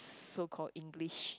so called English